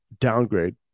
downgrade